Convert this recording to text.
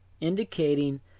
indicating